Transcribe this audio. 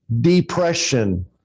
depression